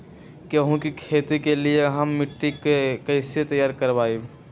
गेंहू की खेती के लिए हम मिट्टी के कैसे तैयार करवाई?